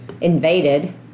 invaded